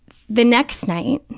the next night,